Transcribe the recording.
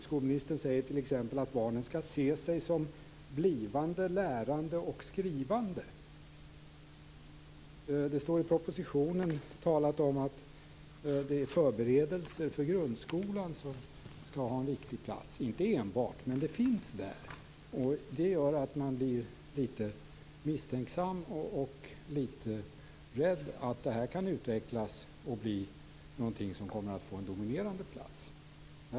Skolministern säger t.ex. att barnen skall se sig som blivande läsande och skrivande. Det anförs i propositionen att förberedelser för grundskolan skall ha en viktig plats. Inte enbart detta skall gälla, men det finns där. Jag blir litet misstänksam och rädd för att det här kan utvecklas till att få en dominerande plats.